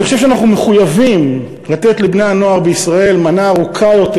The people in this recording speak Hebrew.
אני חושב שאנחנו מחויבים לתת לבני-הנוער בישראל מנה ארוכה יותר,